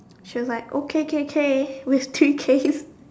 she was like okay K K with two K